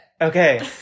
Okay